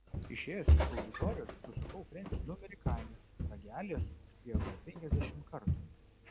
išėjęs iš auditorijos susukau frensio numerį kaime ragelyje supypsėjo gal penkiasdešimt kartų